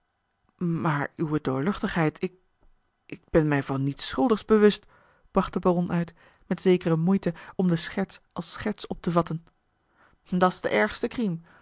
maar uwe doorluchtigheid ik ik ben mij van niets schuldigs bewust bracht de baron uit met zekere moeite om de scherts als scherts op te vatten dat's de ergste